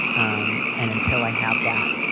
um and until i have that,